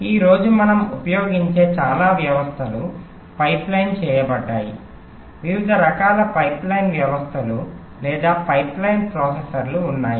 ఈ రోజు మనం ఉపయోగించే చాలా వ్యవస్థలు పైప్లైన్ చేయబడ్డాయి వివిధ రకాల పైప్లైన్ వ్యవస్థలు లేదా పైప్లైన్ ప్రాసెసర్లు ఉన్నాయి